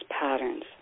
patterns